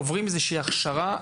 עוברים איזה שהיא הכשרה?